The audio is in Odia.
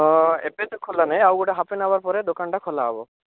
ଏବେତ ଖୋଲା ନାହିଁ ଆଉ ଗୋଟେ ହାଫ୍ ଏନ୍ ଆୱାର୍ ପରେ ଦୋକନଟା ଖୋଲା ହେବ